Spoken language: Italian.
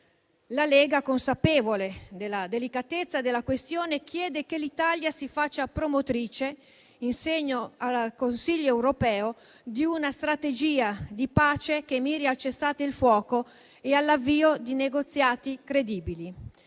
La Lega, consapevole della delicatezza della questione, chiede che l'Italia si faccia promotrice, in seno al Consiglio europeo, di una strategia di pace che miri al cessate il fuoco e all'avvio di negoziati credibili,